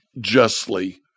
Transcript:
justly